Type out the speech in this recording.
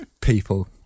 people